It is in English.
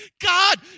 God